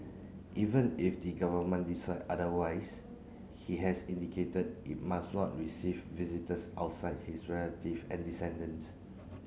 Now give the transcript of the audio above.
even if the government decide otherwise he has indicated it must not receive visitors outside his relative and descendants